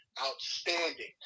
outstanding